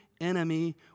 enemy